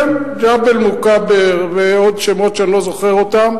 כן, ג'בל-מוכבר ועוד שמות שאני לא זוכר אותם.